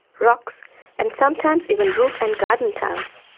rocks and sometimes even roof and garden tiles.